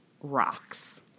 rocks